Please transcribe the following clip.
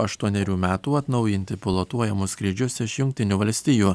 aštuonerių metų atnaujinti pilotuojamus skrydžius iš jungtinių valstijų